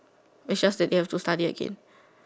it's just that they have to study again